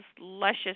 luscious